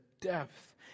depth